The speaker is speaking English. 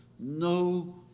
No